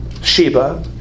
Sheba